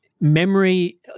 memory